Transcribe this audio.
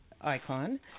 icon